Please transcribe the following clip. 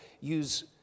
use